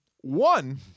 one